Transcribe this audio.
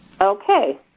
Okay